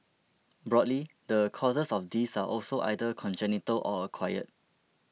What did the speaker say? broadly the causes of this are also either congenital or acquired